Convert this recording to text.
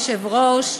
אדוני היושב-ראש,